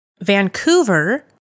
Vancouver